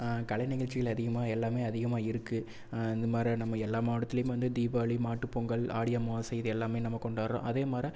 கலை நிகழ்ச்சிகள் அதிகமாக எல்லாமே அதிகமாக இருக்குது இந்த மாதிரியான நம்ம எல்லா மாவட்டத்துலேயுமே வந்து தீபாவளி மாட்டுப் பொங்கல் ஆடி அம்மாவாசை இது எல்லாமே நம்ம கொண்டாடுறோம் அதே மாரி